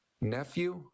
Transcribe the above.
nephew